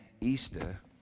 Easter